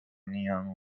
neon